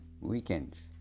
weekends